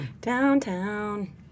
Downtown